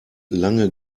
lange